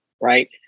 right